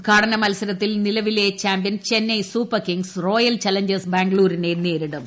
ഉദ്ഘാടന മത്സരത്തിൽ നലവിലെ champion Chennai super kings royal challengers ബാംഗ്ലൂരിനെ നേരിടും